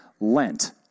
Lent